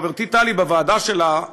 חברתי טלי מובילה בוועדה שלה,